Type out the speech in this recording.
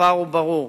הפער הוא ברור: